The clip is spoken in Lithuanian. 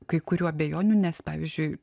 kai kurių abejonių nes pavyzdžiui